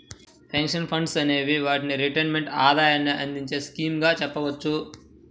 pension funds అనే వాటిని retirement ఆదాయాన్ని అందించే స్కీమ్స్ గా చెప్పవచ్చు